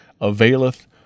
availeth